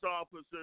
officers